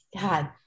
God